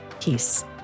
Peace